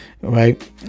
Right